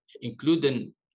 including